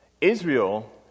Israel